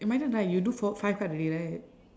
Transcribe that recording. my turn right you do four five card already right